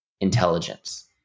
intelligence